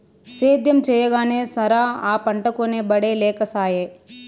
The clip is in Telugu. సేద్యం చెయ్యగానే సరా, ఆ పంటకొనే ఒడే లేకసాయే